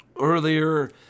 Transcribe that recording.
earlier